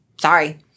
sorry